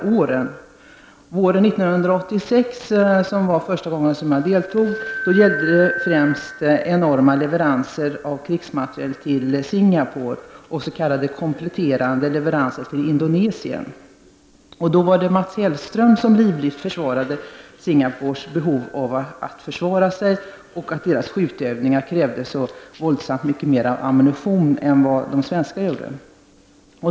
Våren 1986, alltså då jag för första gången deltog, gällde det främst enorma leveranser av krigsmateriel till Singapore och s.k. kompletterande leveranser till Indonesien. Då var det Mats Hellström som livligt försvarade Singapores behov av att försvara sig och framhöll att skjutövningarna där krävde så våldsamt mycket mer ammunition än de svenska.